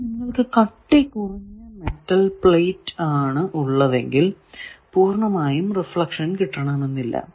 ഇനി നിങ്ങൾക്കു കട്ടി കുറഞ്ഞ മെറ്റൽ പ്ലേറ്റ് ആണ് ഉള്ളതെങ്കിൽ പൂർണമായും റിഫ്ലക്ഷൻ കിട്ടണമെന്നില്ല